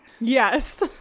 Yes